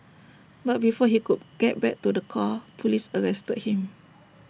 but before he could get back to the car Police arrested him